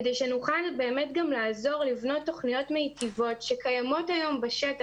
כדי שנוכל גם לעזור לבנות תוכניות מיטיבות שקיימות היום בשטח.